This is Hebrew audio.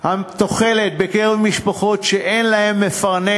תחולת העוני בקרב משפחות שאין להן מפרנס